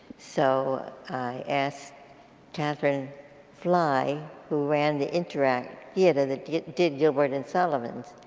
so i asked catherine fly who ran the interact theater, that did gilbert and sullivan,